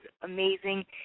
amazing